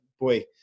boy